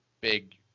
big